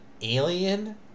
Alien